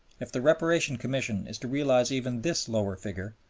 if the reparation commission is to realize even this lower figure,